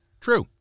True